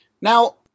Now